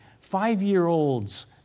Five-year-olds